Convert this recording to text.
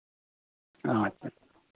ᱟᱪᱪᱷᱟ